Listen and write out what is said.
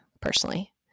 personally